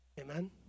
Amen